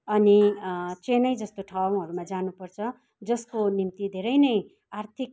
अनि चेन्नई जस्तो ठाउँहरूमा जानु पर्छ जसको निम्ति धेरै नै आर्थिक